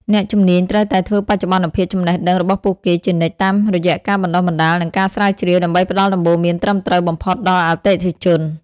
អ្នកជំនាញត្រូវតែធ្វើបច្ចុប្បន្នភាពចំណេះដឹងរបស់ពួកគេជានិច្ចតាមរយៈការបណ្តុះបណ្តាល និងការស្រាវជ្រាវ ដើម្បីផ្តល់ដំបូន្មានត្រឹមត្រូវបំផុតដល់អតិថិជន។